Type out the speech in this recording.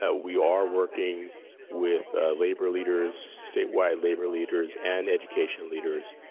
ah we are working with labor leaders, statewide labor leaders, and education leaders.